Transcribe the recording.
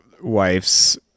Wife's